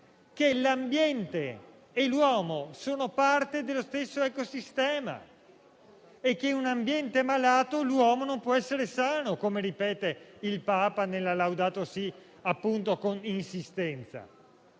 che l'ambiente e l'uomo sono parte dello stesso ecosistema e che in un ambiente malato l'uomo non può essere sano, come ripete con insistenza